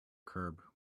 curb